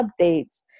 updates